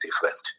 different